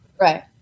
Right